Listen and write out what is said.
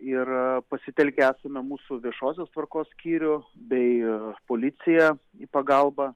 ir pasitelkę esame mūsų viešosios tvarkos skyrių bei policiją į pagalbą